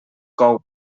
cou